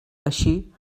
així